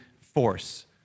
force